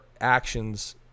actions –